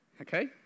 Okay